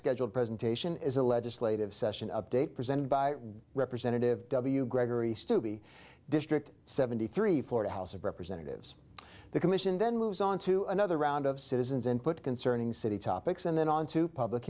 scheduled presentation is a legislative session update presented by representative w gregory stoop district seventy three florida house of representatives the commission then moves on to another round of citizens input concerning city topics and then on to public